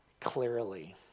clearly